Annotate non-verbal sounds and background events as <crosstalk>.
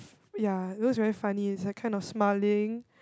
<breath> ya those very funny it's like kind of smiling